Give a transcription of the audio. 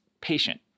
patient